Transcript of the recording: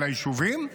על היישובים,